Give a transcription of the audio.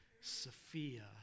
Sophia